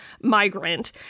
migrant